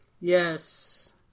Yes